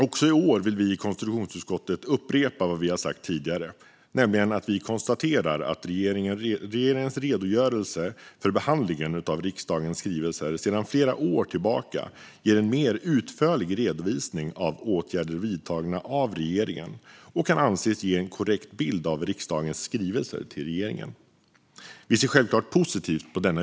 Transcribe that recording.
Också i år vill vi i konstitutionsutskottet upprepa vad vi har sagt tidigare, nämligen att vi konstaterar att regeringens redogörelse för behandlingen av riksdagens skrivelser sedan flera år tillbaka ger en mer utförlig redovisning av åtgärder vidtagna av regeringen och kan anses ge en korrekt bild av riksdagens skrivelser till regeringen. Vi ser självklart positivt på denna utveckling.